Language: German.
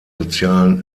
sozialen